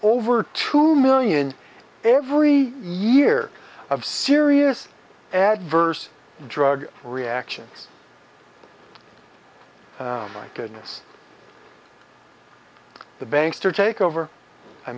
over two million every year of serious adverse drug reaction my goodness the banks to take over i